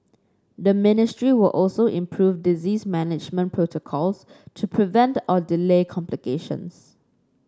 the ministry will also improve disease management protocols to prevent or delay complications